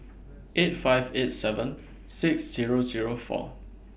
eight five eight seven six Zero Zero four